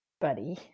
buddy